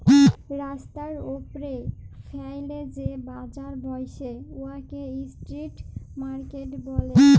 রাস্তার উপ্রে ফ্যাইলে যে বাজার ব্যসে উয়াকে ইস্ট্রিট মার্কেট ব্যলে